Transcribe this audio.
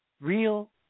real